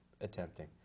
attempting